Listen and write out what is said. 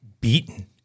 beaten